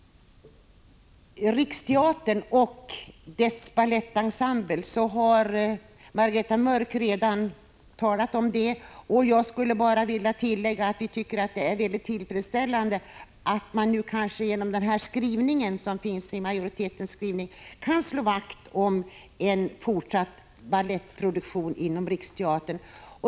Riksteatern och dess balettensemble har Margareta Mörck redan talat om. Jag vill bara tillägga att vi tycker att det är mycket tillfredsställande att man genom denna majoritetsskrivning kanske kan slå vakt om en fortsatt balettproduktion inom Riksteatern.